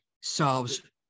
solves